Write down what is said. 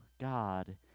God